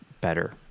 better